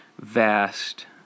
vast